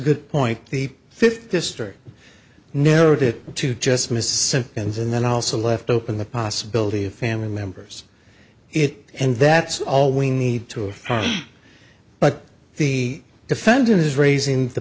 good point the fifth district narrowed it to just missing and then also left open the possibility of family members it and that's all we need to a farm but the defendant is raising the